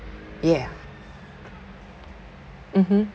yeah mmhmm